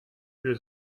für